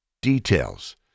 Details